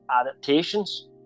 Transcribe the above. adaptations